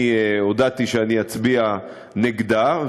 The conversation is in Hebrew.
הודעתי שאצביע נגדה,